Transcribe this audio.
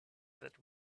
that